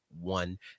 one